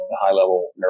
high-level